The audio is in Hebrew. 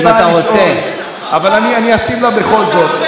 היא לא באמת באה לשאול, אבל אני אשיב לה בכל זאת.